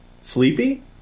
sleepy